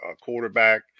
quarterback